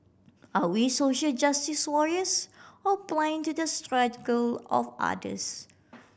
are we social justice warriors or blind to the struggle of others